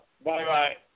Bye-bye